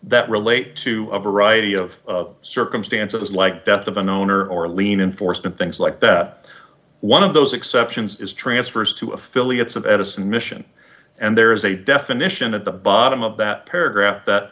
that relate to a variety of circumstances like death of an owner or lien enforcement things like that one of those exceptions is transfers to affiliates of edison mission and there is a definition at the bottom of that paragraph that